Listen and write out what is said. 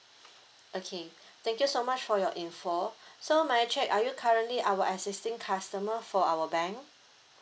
okay thank you so much for your info so may I check are you currently our existing customer for our bank